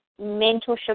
mentorship